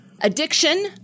addiction